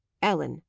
ellen!